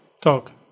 Talk